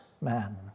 man